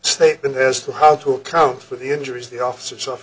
statement as to how to account for the injuries the officer s